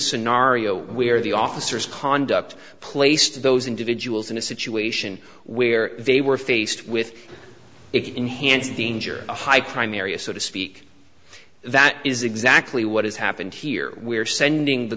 scenario where the officers conduct place to those individuals in a situation where they were faced with it enhanced danger a high crime area so to speak that is exactly what has happened here we are sending the